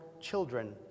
children